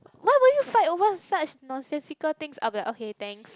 why will you fight over such nonsensical things i'll be like okay thanks